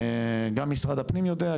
גם משרד הפנים יודע,